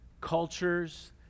Cultures